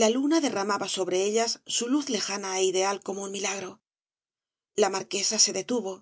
la luna derramaba sobre ellas su luz lejana é ideal como un milagro la marquesa se detuvo